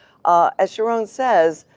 as sharone says,